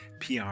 PR